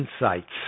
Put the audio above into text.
insights